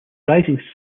rising